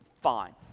fine